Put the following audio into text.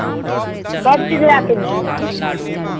सभचीज राखै छियै